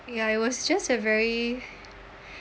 ya it was just a very